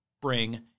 bring